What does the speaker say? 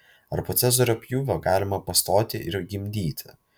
ar po cezario pjūvio galima pastoti ir gimdyti